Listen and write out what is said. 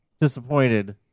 disappointed